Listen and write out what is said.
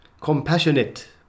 Compassionate